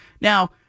Now